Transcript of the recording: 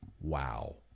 Wow